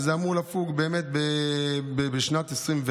וזה היה אמור לפוג בשנת 2024,